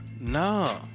No